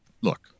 look